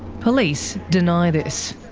police deny this.